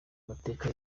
amateka